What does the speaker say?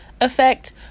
effect